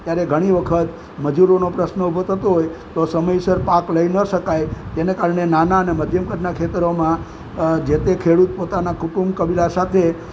ત્યારે ઘણી વખત મજૂરોનો પ્રશ્ન ઊભો થતો હોય તો સમયસર પાક લઈ ન શકાય તેને કારણે નાના અને મધ્યમ કદના ખેતરોમાં જે તે ખેડૂત પોતાના કુટુંબ કબીલા સાથે